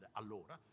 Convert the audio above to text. allora